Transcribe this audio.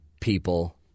people